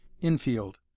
infield